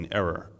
error